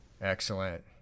Excellent